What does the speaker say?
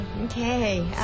Okay